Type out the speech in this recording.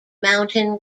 mountain